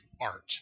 art